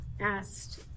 asked